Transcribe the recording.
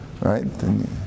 right